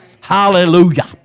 Hallelujah